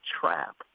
trap